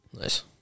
Nice